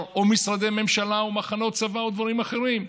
או משרדי ממשלה או מחנות צבא או דברים אחרים.